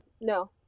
No